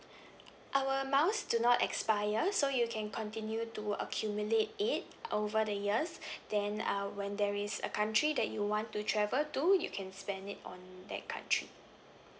our miles do not expire so you can continue to accumulate it over the years then uh when there is a country that you want to travel to you can spend it on that country